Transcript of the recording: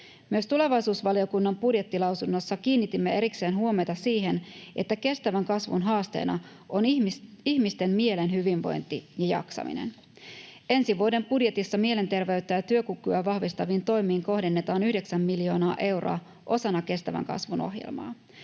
Myös tulevaisuusvaliokunnan budjettilausunnossa kiinnitimme erikseen huomiota siihen, että kestävän kasvun haasteena ovat ihmisten mielen hyvinvointi ja jaksaminen. Ensi vuoden budjetissa mielenterveyttä ja työkykyä vahvistaviin toimiin kohdennetaan 9 miljoonaa euroa osana kestävän kasvun ohjelmaa.